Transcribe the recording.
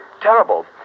Terrible